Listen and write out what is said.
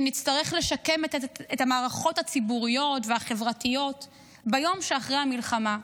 שנצטרך לשקם את המערכות הציבוריות והחברתיות ביום שאחרי המלחמה,